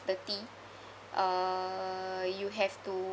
thirty uh you have to